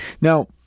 Now